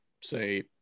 say